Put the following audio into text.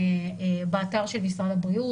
באתר של משרד הבריאות,